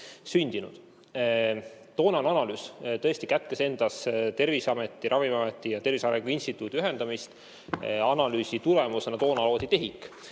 Toonane analüüs tõesti kätkes endas Terviseameti, Ravimiameti ja Tervise Arengu Instituudi ühendamist. Analüüsi tulemusena toona loodi TEHIK